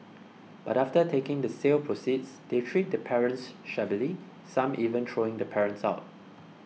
but after taking the sale proceeds they treat the parents shabbily some even throwing the parents out